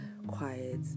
quiet